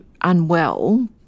unwell